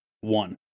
one